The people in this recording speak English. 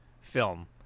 film